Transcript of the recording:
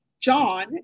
John